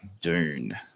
Dune